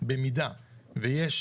במידה ויש